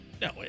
No